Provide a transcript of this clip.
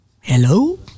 Hello